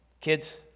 Kids